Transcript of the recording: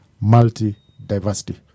Multi-diversity